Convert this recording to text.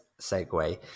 segue